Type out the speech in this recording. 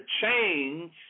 change